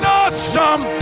awesome